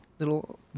Little